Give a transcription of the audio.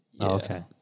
Okay